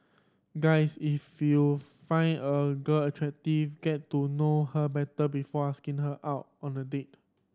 guys if you find a girl attractive get to know her better before asking her out on a date